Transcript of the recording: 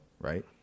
right